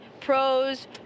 pros